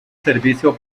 servicio